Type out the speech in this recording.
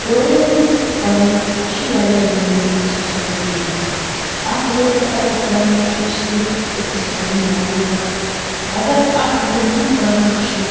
کورٮ۪ن ہُنٛد پَرُن یہِ چھُ وارِیاہ ضُروٗری سوسایٹی منٛز اَکھ لڑکہٕ اگر پَران چھُ یہِ چھُ صِرف أکِس فیملی پَرناوان اگر اَکھ لڑکی پَران چھِ